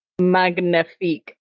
magnifique